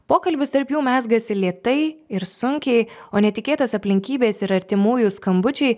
pokalbis tarp jų mezgasi lėtai ir sunkiai o netikėtos aplinkybės ir artimųjų skambučiai